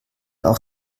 auch